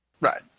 Right